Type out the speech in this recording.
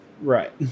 right